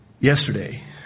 Yesterday